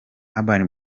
urban